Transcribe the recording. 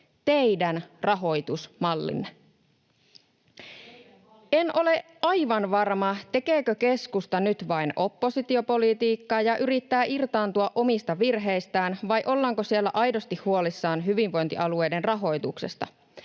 Teidän hallituksenne!] En ole aivan varma, tekeekö keskusta nyt vain oppositiopolitiikkaa ja yrittää irtaantua omista virheistään vai ollaanko siellä aidosti huolissaan hyvinvointialueiden rahoituksesta.